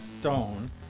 Stone